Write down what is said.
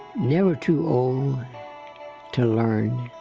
never too old to learn.